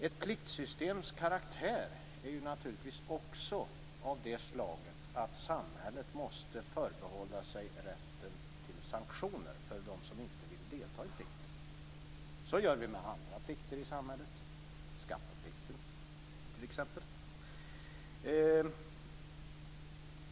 Ett pliktsystems karaktär är naturligtvis också av det slaget att samhället måste förbehålla sig rätten till sanktioner för dem som inte vill göra sin plikt. Så gör vi med andra plikter i samhället, t.ex. skatteplikten.